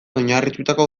oinarritutako